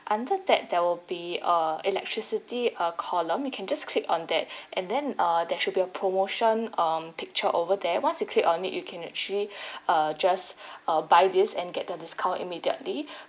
under that there will be err electricity uh column you can just click on that and then err there should be a promotion um picture over there once you click on it you can actually uh just uh buy this and get the discount immediately